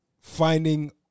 finding